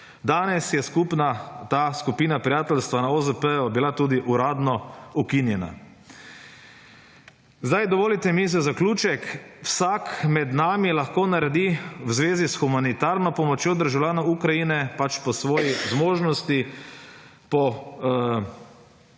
Danes je ta skupina prijateljstva na OZP bila tudi uradno ukinjena. Sedaj dovoli mi za zaključek. Vsak med nami lahko naredi v zvezi s humanitarno pomočjo državljanov Ukrajine pač po svoji zmožnosti, po